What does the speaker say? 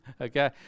okay